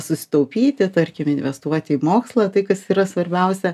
susitaupyti tarkim investuoti į mokslą tai kas yra svarbiausia